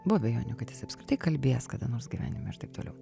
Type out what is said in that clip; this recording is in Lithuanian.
buvo abejonių kad jis apskritai kalbės kada nors gyvenime ir taip toliau